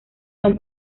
son